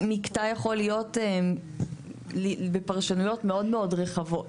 מקטע יכול להיות בפרשנויות מאוד מאוד רחבות.